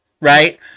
right